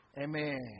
Amen